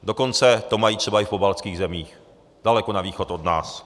Dokonce to mají třeba i v pobaltských zemích, daleko na východ od nás.